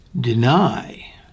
deny